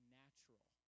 natural